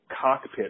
cockpit